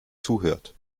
zuhört